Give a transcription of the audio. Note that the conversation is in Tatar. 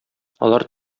алар